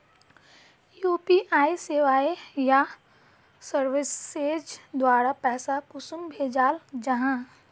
UPI सेवाएँ या services द्वारा पैसा कुंसम भेजाल जाहा?